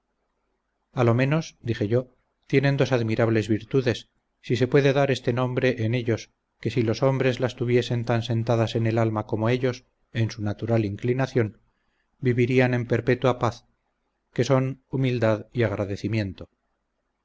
a lo menos dije yo tienen dos admirables virtudes si se puede dar este nombre en ellos que si los hombres las tuviesen tan sentadas en el alma como ellos en su natural inclinación vivirían en perpetua paz que son humildad y agradecimiento